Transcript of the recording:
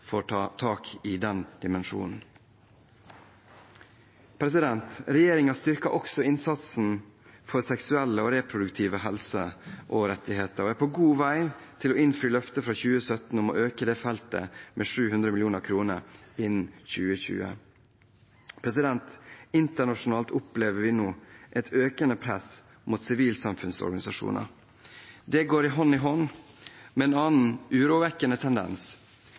ta tak i denne dimensjonen. Regjeringen styrker også innsatsen for seksuell og reproduktiv helse og rettigheter og er på god vei til å innfri løftet fra 2017 om å øke dette feltet med 700 mill. kr innen 2020. Internasjonalt opplever vi nå et økende press mot sivilsamfunnsorganisasjoner. Dette går hånd i hånd med en annen urovekkende tendens: